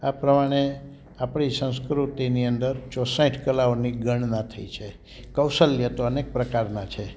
આ પ્રમાણે આપણી સંસ્કૃતિની અંદર ચોસઠ કલાઓની ગણના થઈ છે કૌશલ્ય તો અનેક પ્રકારના છે